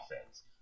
offense